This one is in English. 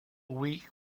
week